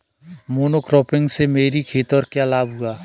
Monocropping से मेरी खेत को क्या लाभ होगा?